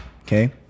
okay